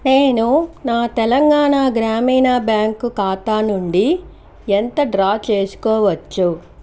నేను నా తెలంగాణా గ్రామీణ బ్యాంక్ ఖాతా నుండి ఎంత డ్రా చేసుకోవచ్చు